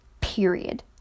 Period